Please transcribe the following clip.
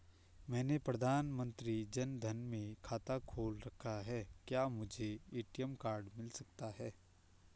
मैंने प्रधानमंत्री जन धन में खाता खोल रखा है क्या मुझे ए.टी.एम कार्ड मिल सकता है?